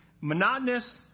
monotonous